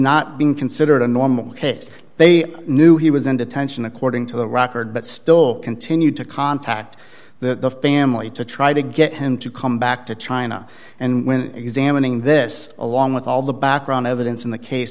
not being considered a normal case they knew he was in detention according to the record but still continued to contact the family to try to get him to come back to china and when examining this along with all the background evidence in the case